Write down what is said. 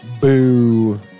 Boo